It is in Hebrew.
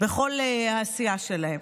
בכל העשייה שלהם.